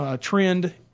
trend